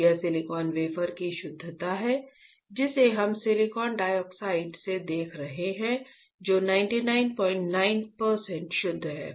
यह silicon wafer की शुद्धता है जिसे हम सिलिकॉन डाइऑक्साइड से देख रहे हैं जो 999 प्रतिशत शुद्ध है